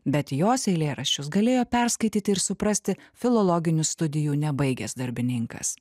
bet jos eilėraščius galėjo perskaityti ir suprasti filologinių studijų nebaigęs darbininkas